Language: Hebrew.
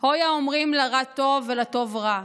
'הוי האומרים לרע טוב ולטוב רע,